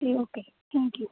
G okay thank you